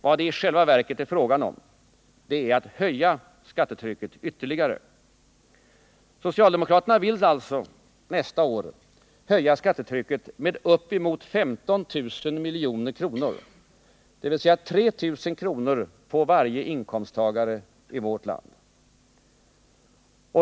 Vad det i själva verket är fråga om är att öka skattetrycket ytterligare. Socialdemokraterna vill alltså öka skattetrycket nästa år med uppemot 15 000 milj.kr., dvs. 3 000 kr. på varje inkomsttagare i vårt land.